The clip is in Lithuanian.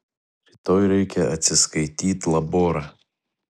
rytoj reikia atsiskaityt laborą